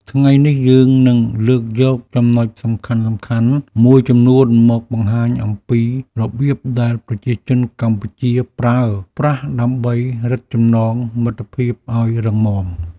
ថ្ងៃនេះយើងនឹងលើកយកចំណុចសំខាន់ៗមួយចំនួនមកបង្ហាញអំពីរបៀបដែលប្រជាជនកម្ពុជាប្រើប្រាស់ដើម្បីរឹតចំណងមិត្តភាពឱ្យរឹងមាំ។